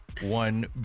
One